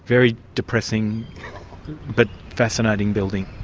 very depressing but fascinating building.